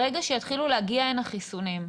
ברגע שיתחילו להגיע הנה חיסונים,